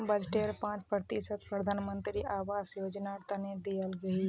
बजटेर पांच प्रतिशत प्रधानमंत्री आवास योजनार तने दियाल गहिये